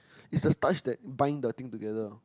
is the starch that bind the thing together